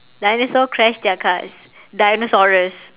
dinosaur crash their cars dinosaurus